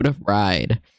ride